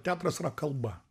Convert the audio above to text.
teatras yra kalba